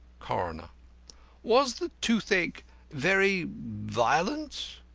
coroner was the toothache very violent?